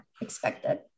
expected